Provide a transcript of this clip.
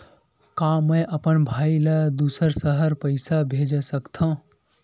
का मैं अपन भाई ल दुसर शहर पईसा भेज सकथव?